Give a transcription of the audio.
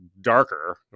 darker